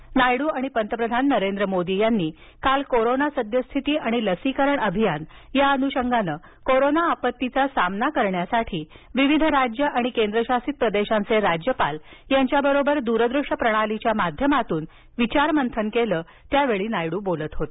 काल नायडू आणि पंतप्रधान नरेंद्र मोदी यांनी कोरोना सद्यस्थिती आणि लसीकरण अभियान या अनुषंगानं कोरोना आपत्तीचा सामना करण्यासाठी विविध राज्यं आणि केंद्रशासित प्रदेशांचे राज्यपाल यांच्याबरोबर दूरदृश्य प्रणालीच्या माध्यमातून विचार मंथन केलं त्यामध्ये नायडू बोलत होते